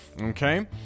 Okay